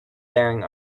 bearing